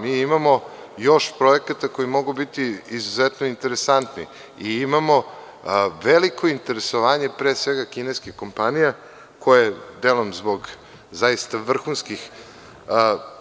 Mi imamo još projekata koje mogu biti izuzetno interesantni i imamo veliko interesovanje, pre svega, kineskih kompanija koje delom zbog zaista vrhunskih